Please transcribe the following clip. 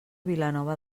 vilanova